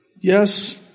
Yes